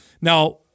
Now